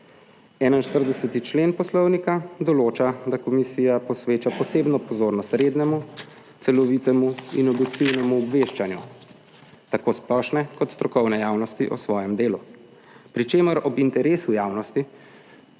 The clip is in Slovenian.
41. člen poslovnika določa, da komisija posveča posebno pozornost rednemu, celovitemu in objektivnemu obveščanju tako splošne kot strokovne javnosti o svojem delu, 18. TRAK: (SB)